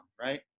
right